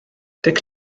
dic